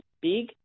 big